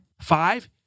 Five